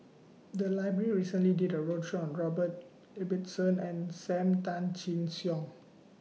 The Library recently did A roadshow on Robert Ibbetson and SAM Tan Chin Siong